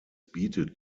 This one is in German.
bietet